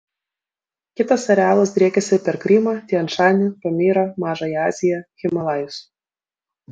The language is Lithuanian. kitas arealas driekiasi per krymą tian šanį pamyrą mažąją aziją himalajus